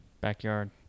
Backyard